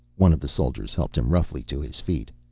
one of the soldiers helped him roughly to his feet.